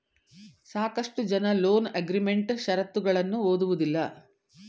ಸಾಕಷ್ಟು ಜನ loan agreement ಶರತ್ತುಗಳನ್ನು ಓದುವುದಿಲ್ಲ